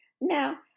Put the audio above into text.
Now